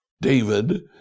David